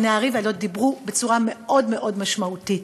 הנערים והילדות דיברו בצורה מאוד מאוד מאוד משמעותית,